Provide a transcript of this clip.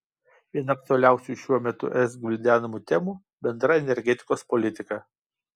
viena aktualiausių šiuo metu es gvildenamų temų bendra energetikos politika